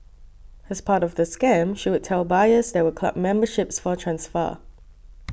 as part of the scam she would tell buyers there were club memberships for transfer